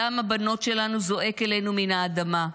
דם הבנות שלנו זועק אלינו מן האדמה.